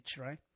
right